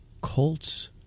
Colts